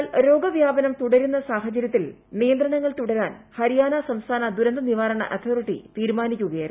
എന്നാൽ രോഗ വ്യാപനം തുടരുന്ന സാഹചര്യത്തിൽ നിയന്ത്രണങ്ങൾ തുടരാൻ ഹരിയാന സംസ്ഥാന ദുരന്ത നിവാരണ അതോറിറ്റി തീരുമാനിക്കുകയായിരുന്നു